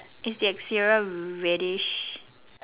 is the exterior reddish